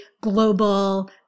global